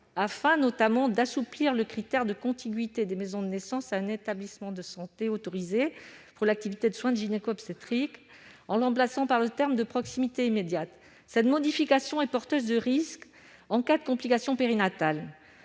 afin, notamment, d'assouplir le critère de contiguïté des maisons de naissance à un établissement de santé autorisé pour l'activité de soins de gynécologie-obstétrique, en le remplaçant par les termes « proximité immédiate ». Or une telle modification est porteuse de risque en cas de complication périnatale.